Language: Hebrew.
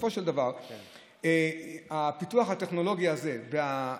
בסופו של דבר הפיתוח הטכנולוגי הזה והאפליקציה